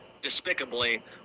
despicably